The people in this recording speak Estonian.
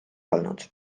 olnud